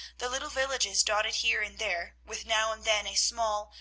the little villages dotted here and there, with now and then a small,